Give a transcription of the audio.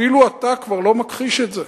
אפילו אתה כבר לא מכחיש את זה.